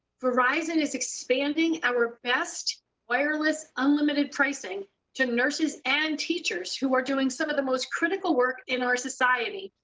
verizon is expanding our best wireless unlimited pricing to nurses and teachers who are doing some of the most critical work in our society,